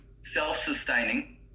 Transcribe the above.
self-sustaining